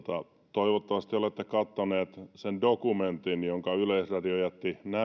toivottavasti olette katsonut sen dokumentin jonka yleisradio jätti näyttämättä